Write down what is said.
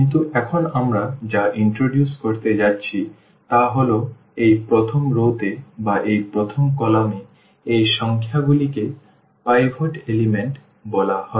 কিন্তু এখন আমরা যা প্রবর্তন করতে যাচ্ছি তা হল এই প্রথম রওতে বা এই প্রথম কলাম এ এই সংখ্যাগুলিকে পিভট উপাদান বলা হয়